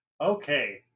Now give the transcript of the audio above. Okay